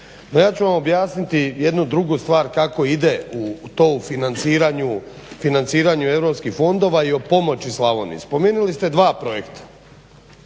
Ja ću vam objasniti jednu drugu stvar, kako ide to u financiranju europskih fondova i pomoći Slavoniji. Spomenuli ste dva projekta,